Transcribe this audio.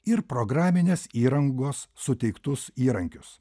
ir programinės įrangos suteiktus įrankius